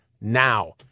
now